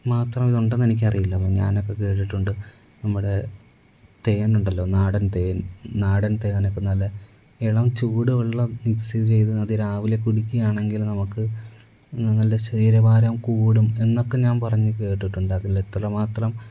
മാത്രം ഇതുണ്ടെന്ന് എനിക്കറിയില്ല അപ്പം ഞാനക്കെ കേട്ടിട്ടുണ്ട് നമ്മുടെ തേനുണ്ടല്ലോ നാടൻ തേൻ നാടൻ തേനൊക്കെ നല്ല ഇളം ചൂട് വെള്ളം മിക്സ് ചെയ്ത് അതിരാവിലെ കുടിക്കുകയാണെങ്കിൽ നമുക്ക് നല്ല ശരീരഭാരം കൂടും എന്നൊക്കെ ഞാൻ പറഞ്ഞ് കേട്ടിട്ടുണ്ട് അതില് എത്ര മാത്രം